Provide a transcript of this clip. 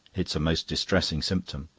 it's a most distressing symptom.